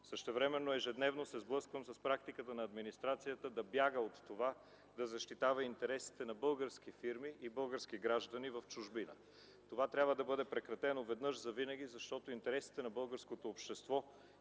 Същевременно ежедневно се сблъсквам с практиката на администрацията да бяга от това да защитава интересите на български фирми и български граждани в чужбина. Това трябва да бъде прекратено веднъж завинаги, защото интересите на българското общество